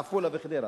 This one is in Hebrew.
עפולה וחדרה.